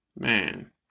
man